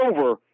over